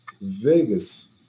Vegas